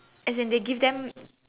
as in they give them